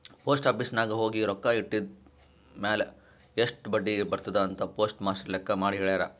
post office ನಾಗ್ ಹೋಗಿ ರೊಕ್ಕಾ ಇಟ್ಟಿದಿರ್ಮ್ಯಾಲ್ ಎಸ್ಟ್ ಬಡ್ಡಿ ಬರ್ತುದ್ ಅಂತ್ ಪೋಸ್ಟ್ ಮಾಸ್ಟರ್ ಲೆಕ್ಕ ಮಾಡಿ ಹೆಳ್ಯಾರ್